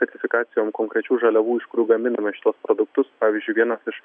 specifikacijom konkrečių žaliavų iš kurių gaminame šituos produktus pavyzdžiui vienas iš